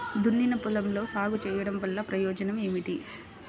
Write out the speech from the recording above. దున్నిన పొలంలో సాగు చేయడం వల్ల ప్రయోజనం ఏమిటి?